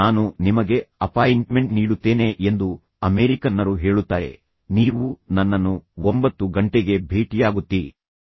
ನಾನು ನಿಮಗೆ ಅಪಾಯಿಂಟ್ಮೆಂಟ್ ನೀಡುತ್ತೇನೆ ಎಂದು ಅಮೆರಿಕನ್ನರು ಹೇಳುತ್ತಾರೆ ನೀವು ನನ್ನನ್ನು 9 ಗಂಟೆಗೆ ಭೇಟಿಯಾಗುತ್ತೀರಿ